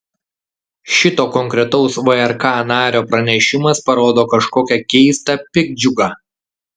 šito konkretaus vrk nario pranešimas parodo kažkokią keistą piktdžiugą